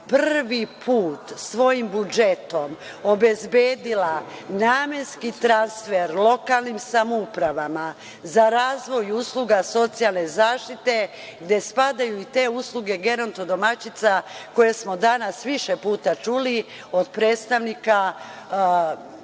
prvi put svojim budžetom obezbedila namenski transfer lokalnim samoupravama za razvoj usluga socijalne zaštite gde spadaju i te usluge geronto domaćica koje smo danas više puta čuli od predstavnika